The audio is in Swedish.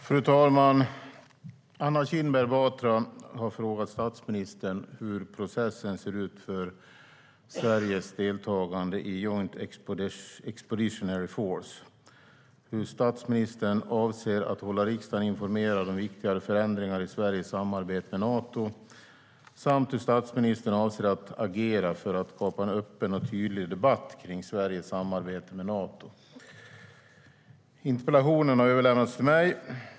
Svar på interpellationer Fru talman! Anna Kinberg Batra har frågat statsministern hur processen ser ut för Sveriges deltagande i Joint Expeditionary Force, hur statsministern avser att hålla riksdagen informerad om viktigare förändringar i Sveriges samarbete med Nato samt hur statsministern avser att agera för att skapa en öppen och tydlig debatt kring Sveriges samarbete med Nato. Interpellationen har överlämnats till mig.